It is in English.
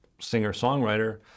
singer-songwriter